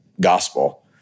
gospel